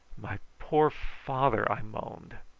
my poor father! i moaned.